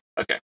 Okay